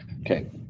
Okay